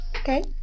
Okay